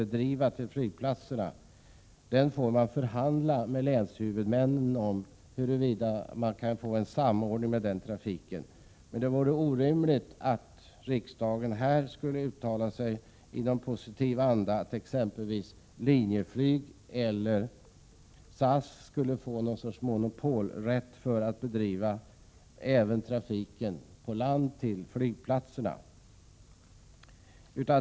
Trafiken till flygplatserna bör bli föremål för förhandlingar mellan länshuvudmännen för att åstadkomma en samordning. Det vore orimligt om riksdagen här skulle uttala sig i positiv anda så att t.ex. Linjeflyg eller SAS skulle få rätt till monopol på att bedriva även trafiken på marken till flygplatserna.